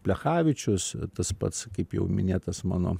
plechavičius tas pats kaip jau minėtas mano